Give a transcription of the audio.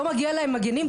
לא מגיעים להם מגנים?